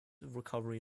recovery